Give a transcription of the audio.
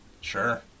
Sure